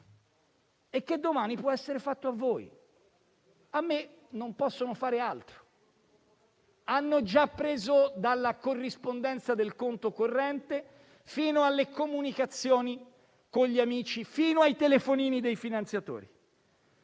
e che domani può essere fatto a voi. A me non possono fare altro: hanno già preso dalla corrispondenza del conto corrente, fino alle comunicazioni con gli amici, fino ai telefonini dei finanziatori.